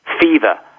fever